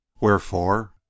wherefore